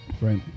Right